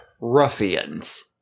ruffians